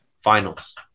finals